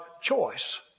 choice